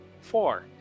Four